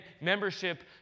membership